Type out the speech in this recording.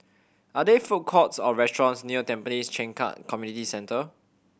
are there food courts or restaurants near Tampines Changkat Community Centre